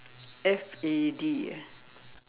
F A D ah